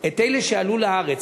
את אלה שעלו לארץ,